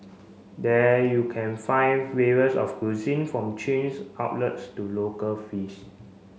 there you can find various of cuisine from chains outlets to local fees